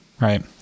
right